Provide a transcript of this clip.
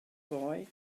boy